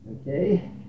Okay